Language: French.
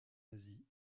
asie